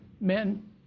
men